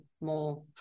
more